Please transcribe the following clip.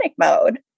mode